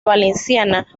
valenciana